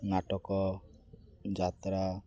ନାଟକ ଯାତ୍ରା